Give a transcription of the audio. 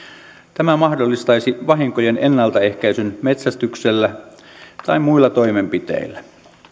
tämä mahdollistaisi vahinkojen ennaltaehkäisyn metsästyksellä tai muilla toimenpiteillä